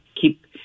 keep